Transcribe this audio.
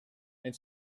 and